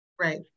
Right